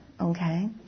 Okay